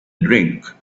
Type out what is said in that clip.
drink